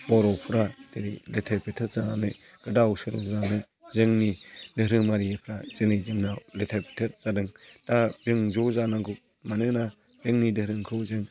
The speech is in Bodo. बर'फ्रा दिनै लेथेर फेथेर जानानै गोदाव सोराव जानानै जोंनि धोरोमारिफ्रा दिनै जोंनाव लेथेर फेथेर जादों दा जों ज' जानांगौ मानोना जोंनि धोरोमखौ जों